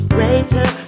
Greater